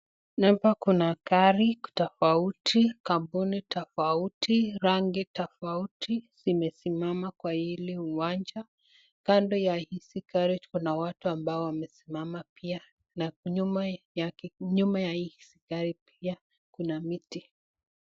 Hapa kuna gari tofauti, kampuni tofauti, rangi tofauti zimesimama kwa hili uwanja. Kando ya hizi gari kuna watu ambao wamesimama pia na nyuma yake, nyuma ya hizi gari pia kuna miti.